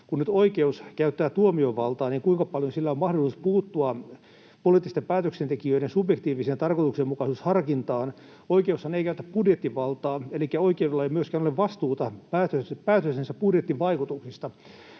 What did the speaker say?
kun oikeus käyttää tuomiovaltaa, kuinka paljon sillä on mahdollisuus puuttua poliittisten päätöksentekijöiden subjektiiviseen tarkoituksenmukaisuusharkintaan. Oikeushan ei käytä budjettivaltaa, elikkä oikeudella ei myöskään ole vastuuta päätöstensä budjettivaikutuksista.